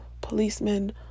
policemen